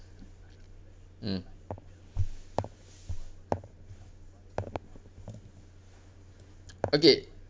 mm okay